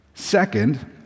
Second